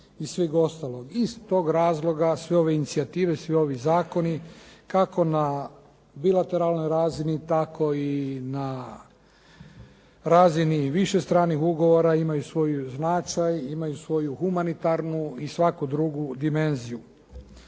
Iz tog razloga sve ove inicijative, svi ovi zakoni kako na bilateralnoj razini, tako i na razini više stranih ugovora imaju svoj značaj, imaju svoju humanitarnu i svaku drugu dimenziju.